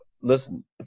listen